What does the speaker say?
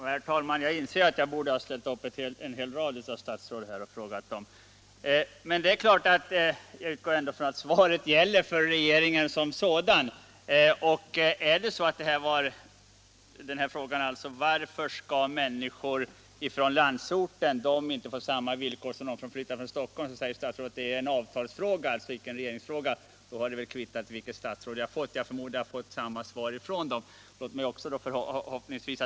Herr talman! Jag inser att jag borde ha frågat en hel rad statsråd i det här ärendet. Men jag utgår självfallet från att svaret gäller för regeringen som sådan. Om svaret på min fråga varför människor från landsorten inte skall få flytta på samma villkor som de som flyttar från Stockholm är att det är en avtalsfråga och inte en regeringsfråga, då kvittar det ju vilket statsråd som svarade. Jag förmodar att jag skulle ha fått samma svar även från de andra statsråden.